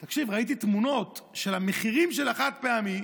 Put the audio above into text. תקשיב, ראיתי תמונות של המחירים של החד-פעמי,